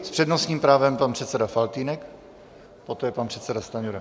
S přednostním právem pan předseda Faltýnek, poté pan předseda Stanjura.